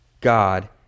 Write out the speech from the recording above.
God